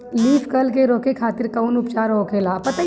Leaf curl के रोके खातिर कउन उपचार होखेला?